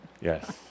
Yes